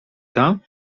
tam